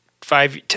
five –